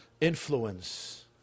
Influence